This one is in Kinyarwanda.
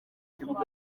kibuga